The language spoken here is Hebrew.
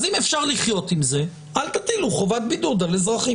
אז אם אפשר לחיות עם זה אל תטילו חובת בידוד על אזרחים